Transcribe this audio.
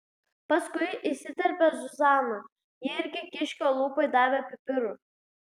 paskui įsiterpė zuzana ji irgi kiškio lūpai davė pipirų